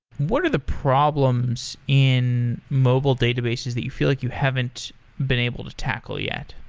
what are the problems in mobile databases that you feel like you haven't been able to tackle yet?